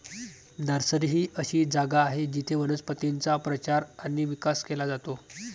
nursery ही अशी जागा आहे जिथे वनस्पतींचा प्रचार आणि विकास केला जातो